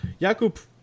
Jakub